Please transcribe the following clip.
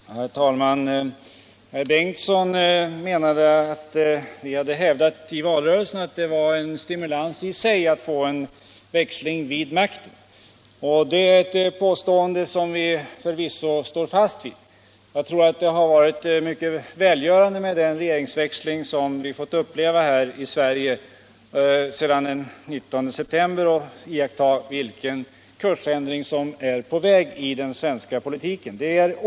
Herr talman! Herr Ingemund Bengtsson i Varberg menade att vi hade hävdat i valrörelsen att det var en stimualans i sig att få en växling vid makten. Det är ett påstående som vi förvisso står fast vid. Jag tror att det har varit mycket välgörande med den regeringsväxling som vi fått uppleva här i Sverige efter den 19 september och iakttaga vilken kursändring som är på väg i den svenska politiken.